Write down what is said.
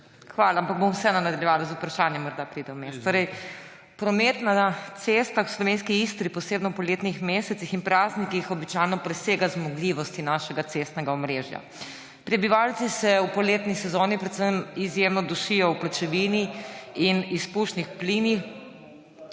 Hvala, ampak bom vseeno nadaljevala z vprašanjem, morda pride vmes. Promet na cestah v slovenski Istri, posebno v poletnih mesecih in praznikih, običajno presega zmogljivosti našega cestnega omrežja. Prebivalci se predvsem v poletni sezoni izjemno dušijo v pločevini in izpušnih plinih